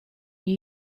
new